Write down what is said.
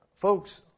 folks